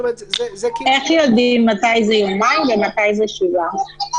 איך יודעים מתי זה יומיים ומתי זה שבעה ימים?